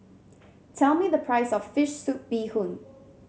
tell me the price of fish soup Bee Hoon